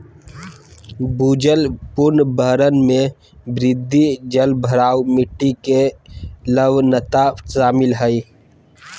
भूजल पुनर्भरण में वृद्धि, जलभराव, मिट्टी के लवणता शामिल हइ